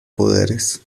poderes